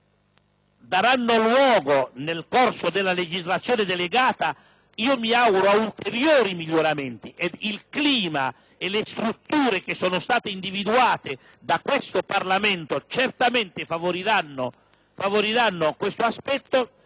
daranno luogo, nel corso della legislazione delegata - me lo auguro - ad ulteriori miglioramenti e il clima e le strutture che sono state individuate da questo Parlamento certamente favoriranno questo aspetto.